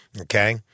okay